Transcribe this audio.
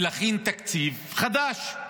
להכין תקציב חדש,